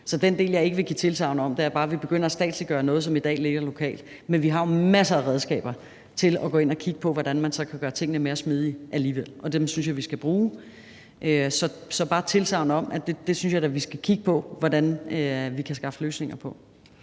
Så den del, jeg ikke vil give tilsagn om, er bare, at vi begynder at statsliggøre noget, som i dag ligger lokalt. Men vi har jo masser af redskaber til at gå ind og kigge på, hvordan vi så kan gøre tingene mere smidige alligevel, og dem synes jeg vi skal bruge. Så det er bare et tilsagn om, at jeg da synes, at vi skal kigge på, hvordan vi kan skaffe løsninger på